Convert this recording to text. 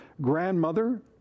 grandmother